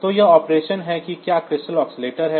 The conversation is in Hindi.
तो यह ऑपरेशन है कि क्या यह क्रिस्टल ऑस्किलटोर है